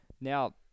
now